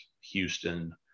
Houston